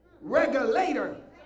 regulator